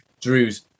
Drew's